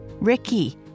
Ricky